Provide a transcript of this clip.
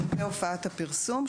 פרטי הופעת הפרסום,